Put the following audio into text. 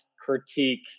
critique